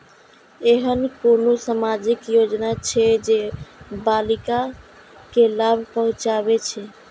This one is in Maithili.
ऐहन कुनु सामाजिक योजना छे जे बालिका के लाभ पहुँचाबे छे?